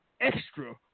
extra